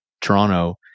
Toronto